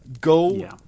Go